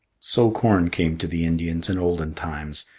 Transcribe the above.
so corn came to the indians in olden times,